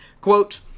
Quote